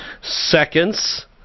seconds